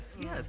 Yes